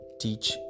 teach